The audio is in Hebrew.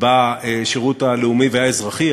בשירות הלאומי והאזרחי.